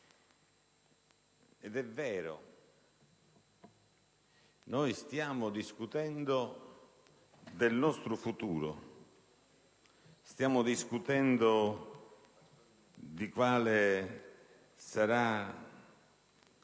È vero: noi stiamo discutendo del nostro futuro; stiamo discutendo di quale sarà il